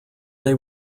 they